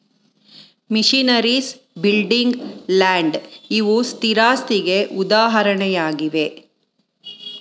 missionaries, building, land ಇವು ಸ್ಥಿರಾಸ್ತಿಗೆ ಉದಾಹರಣೆಯಾಗಿವೆ